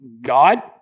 God